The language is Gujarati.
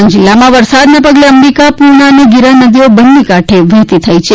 ડાંગ જિલ્લામાં વરસાદના પગલે અંબિકા પૂર્ણ અને ગિરા નદીઓ બંને કાંઠે વહેતી થઇ છે